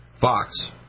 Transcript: Fox